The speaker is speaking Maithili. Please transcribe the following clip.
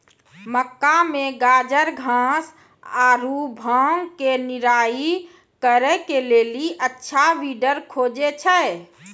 मक्का मे गाजरघास आरु भांग के निराई करे के लेली अच्छा वीडर खोजे छैय?